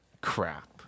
Crap